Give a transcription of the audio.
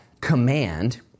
command